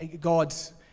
God's